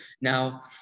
now